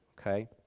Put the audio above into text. okay